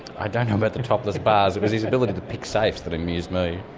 i don't know about the topless bars. it was his ability to pick safes that amused me.